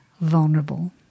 vulnerable